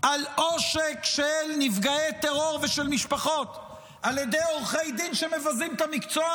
על עושק של נפגעי טרור ושל משפחות על ידי עורכי דין שמבזים את המקצוע,